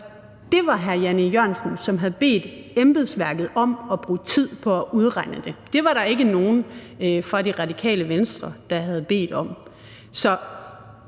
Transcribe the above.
det var hr. Jan E. Jørgensen, som havde bedt embedsværket om at bruge tid på at udregne det. Det var der ikke nogen fra Det Radikale Venstre der havde bedt om.